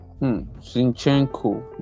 Zinchenko